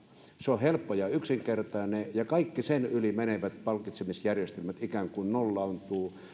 se on helppoa ja yksinkertaista ja kaikki sen yli menevät palkitsemisjärjestelmät ikään kuin